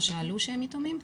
או שעלו כשהם יתומים,